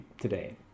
today